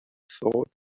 thought